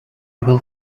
will